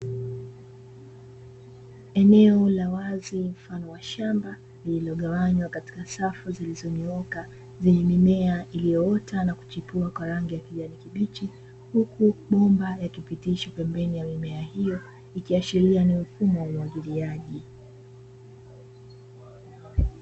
Eneo la wazi mfano wa shamba lililogawanywa katika safu zilizonyooka, zenye mimea iliyoota na kuchipua kwa rangi ya kijani kibichi, huku mabomba yakipitishwa pembeni ya mimea hiyo, ikiashiria ni mfumo wa umwagiliaji.